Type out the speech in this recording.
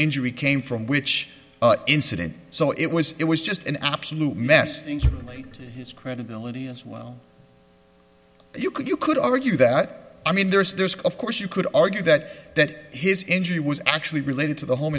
injury came from which incident so it was it was just an absolute mess in his credibility as well you could you could argue that i mean there's there's of course you could argue that that his injury was actually related to the home